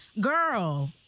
Girl